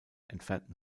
entfernten